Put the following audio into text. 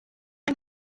ein